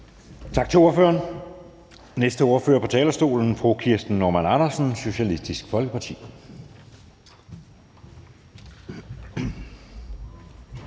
Tak til ordføreren. Næste ordfører på talerstolen er fru Kirsten Normann Andersen, Socialistisk Folkeparti.